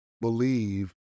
believe